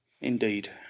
Indeed